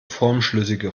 formschlüssige